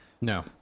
No